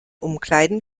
umkleiden